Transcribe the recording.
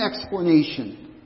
explanation